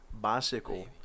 bicycle –